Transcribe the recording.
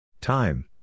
Time